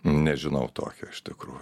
nežinau tokio iš tikrųjų